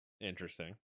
Interesting